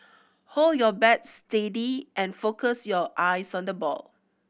hold your bat steady and focus your eyes on the ball